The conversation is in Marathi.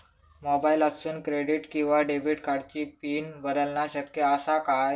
मोबाईलातसून क्रेडिट किवा डेबिट कार्डची पिन बदलना शक्य आसा काय?